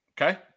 okay